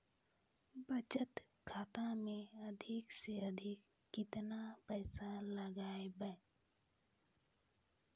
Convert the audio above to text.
बचत खाता मे अधिक से अधिक केतना पैसा लगाय ब?